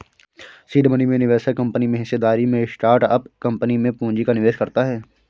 seed money में निवेशक company में हिस्सेदारी में स्टार्टअप कंपनी में पूंजी का निवेश करता है